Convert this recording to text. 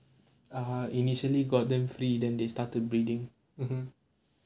(uh huh) initially got them free then they start to bleeding mmhmm